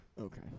okay